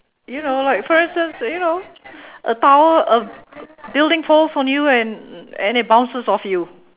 you know like for instance you know a tower a building falls on you and and it bounces off you